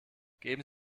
geben